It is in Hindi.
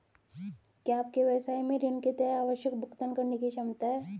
क्या आपके व्यवसाय में ऋण के तहत आवश्यक भुगतान करने की क्षमता है?